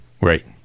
Right